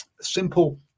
simple